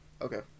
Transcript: Okay